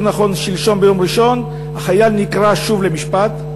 שלשום, ביום ראשון, החייל נקרא שוב למשפט,